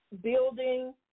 building